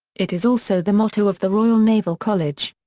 it is also the motto of the royal naval college.